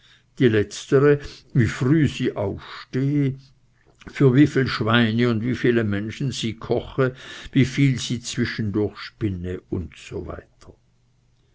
die letztere wie frühe sie aufstehe für wieviel schweine und wie viele menschen sie koche wieviel sie zwischendurch spinne usw